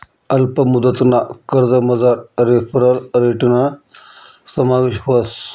अल्प मुदतना कर्जमझार रेफरल रेटना समावेश व्हस